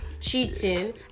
Cheating